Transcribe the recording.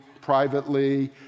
privately